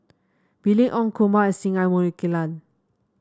Mylene Ong Kumar and Singai Mukilan